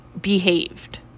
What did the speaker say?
behaved